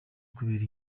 kubera